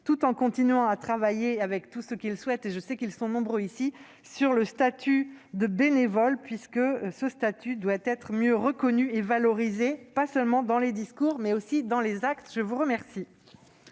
tout en continuant à travailler, avec tous ceux qui le souhaitent- je sais qu'ils sont nombreux ici -, sur le statut de bénévole, qui doit être mieux reconnu et valorisé, pas seulement dans les discours, mais aussi dans les actes. La parole